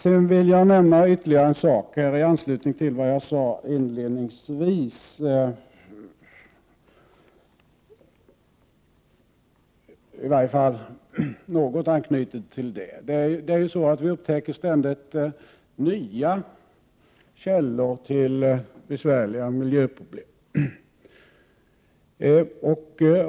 Så vill jag nämna ytterligare en sak, som i varje fall har någon anknytniug till vad jag sade inledningsvis. Vi upptäcker ständigt nya källor till besvärliga miljöproblem.